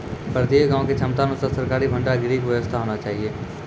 प्रत्येक गाँव के क्षमता अनुसार सरकारी भंडार गृह के व्यवस्था होना चाहिए?